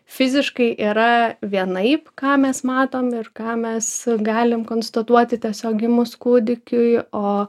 fiziškai yra vienaip ką mes matom ir ką mes galim konstatuoti tiesiog gimus kūdikiui o